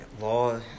law